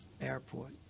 airport